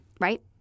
right